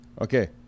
Okay